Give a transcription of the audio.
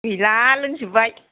गैला लोंजोबबाय